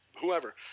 whoever